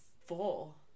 full